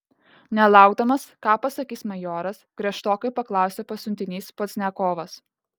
nelaukdamas ką pasakys majoras griežtokai paklausė pasiuntinys pozdniakovas